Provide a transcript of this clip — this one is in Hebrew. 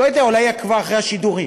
לא יודע, אולי היא עקבה אחרי השידורים.